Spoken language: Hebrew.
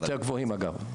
הם יותר גבוהים, אגב.